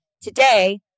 today